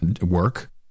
work